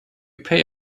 pay